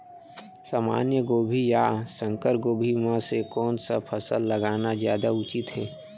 सामान्य गोभी या संकर गोभी म से कोन स फसल लगाना जादा उचित हे?